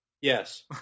Yes